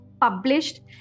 published